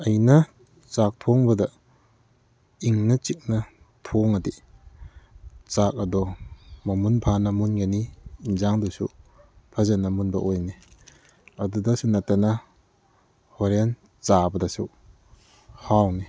ꯑꯩꯅ ꯆꯥꯛ ꯊꯣꯡꯕꯗ ꯏꯪꯅ ꯆꯤꯛꯅ ꯊꯣꯡꯉꯗꯤ ꯆꯥꯛ ꯑꯗꯣ ꯃꯃꯨꯟ ꯐꯥꯅ ꯃꯨꯟꯒꯅꯤ ꯌꯦꯟꯁꯥꯡꯗꯨꯁꯨ ꯐꯖꯅ ꯃꯨꯟꯕ ꯑꯣꯒꯏꯅꯤ ꯑꯗꯨꯗꯁꯨ ꯅꯠꯇꯅ ꯍꯣꯔꯦꯟ ꯆꯥꯕꯗꯁꯨ ꯍꯥꯎꯒꯅꯤ